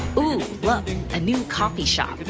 ooh. look, a new coffee shop.